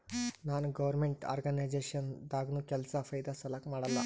ನಾನ್ government organisation ದಾಗ್ನು ಕೆಲ್ಸಾ ಫೈದಾ ಸಲಾಕ್ ಮಾಡಲ್ಲ